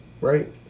right